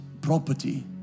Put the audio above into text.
property